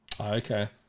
okay